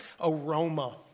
aroma